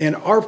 in our